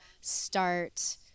start